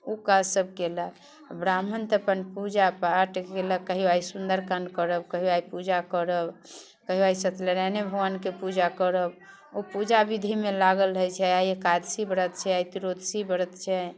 ओ काजसभ कयलक ब्राह्मण तऽ अपन पूजा पाठ कयलक कहियो आइ सुन्दरकाण्ड करब कहियो आइ पूजा करब कहियो आइ सतनारायणे भगवानके पूजा करब ओ पूजा विधिमे लागल रहैत छै आइ एकादशी व्रत छै आइ त्रयोदशी व्रत छै